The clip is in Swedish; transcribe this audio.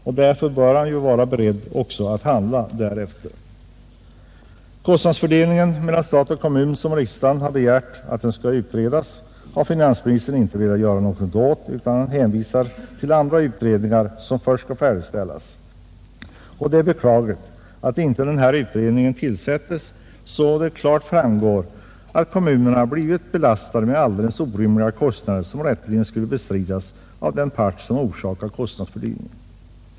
Han bör då också vara beredd att handla därefter. Kostnadsfördelningen mellan stat och kommun, som riksdagen har begärt skall utredas, har finansministern inte velat göra något åt utan hänvisar till andra utredningar som först skall färdigställas. Det är beklagligt att en sådan utredning inte igångsätts, så att det blir klarlagt att kommunerna belastas med alldeles orimliga kostnader, som rätteligen skulle bestridas av den part som orsakat kostnadsfördyringen.